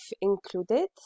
Included